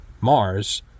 mars